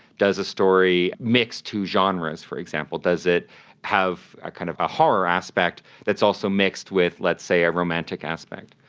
does the story mix two genres, for example, does it have a kind of a horror aspect that's also mixed with, let's say, a romantic aspect?